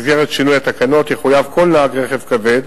במסגרת שינוי התקנות יחויב כל נהג רכב כבד